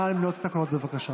נא למנות את הקולות, בבקשה.